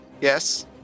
Yes